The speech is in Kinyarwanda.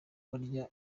barya